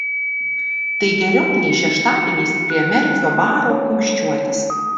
tai geriau nei šeštadieniais prie merfio baro kumščiuotis